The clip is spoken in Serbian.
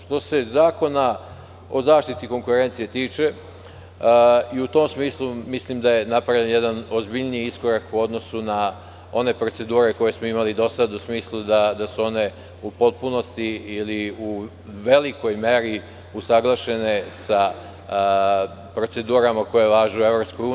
Što se Zakona o zaštiti konkurencije tiče, u tom smislu mislim da je napravljen jedan ozbiljniji iskorak u odnosu na one procedure koje smo imali do sada, u smislu da su one u potpunosti ili u velikoj meri usaglašene sa procedurama koje važe u EU.